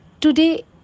today